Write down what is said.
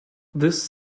this